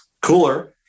cooler